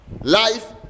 life